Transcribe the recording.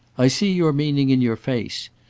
i see your meaning in your face.